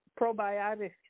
probiotics